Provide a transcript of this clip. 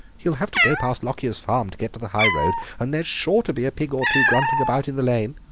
he'll have to go past lockyer's farm to get to the high road, and there's sure to be a pig or two grunting about in the lane.